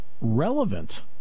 relevant